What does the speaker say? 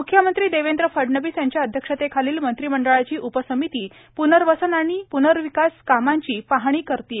मुख्यमंत्री देवेंद्र फडणवीस यांच्या अध्यक्षतेखालील मंत्रिमंडळाची उपसमिती प्नर्वसन आणि प्नर्विकास कामांची पहाणी करणार आहे